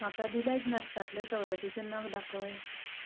म्हाका दिलायट नट्सातले सवलतीचे नग दाकय